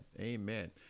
amen